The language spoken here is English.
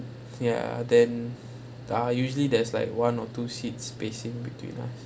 ya then err usually there's like one or two seats spacing between us